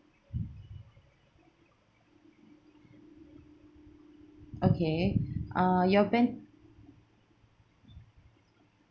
okay ah your ben~